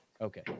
Okay